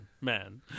man